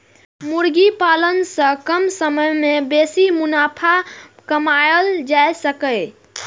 मुर्गी पालन सं कम समय मे बेसी मुनाफा कमाएल जा सकैए